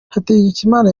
hategekimana